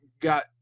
got